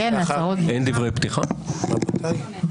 פתיחה?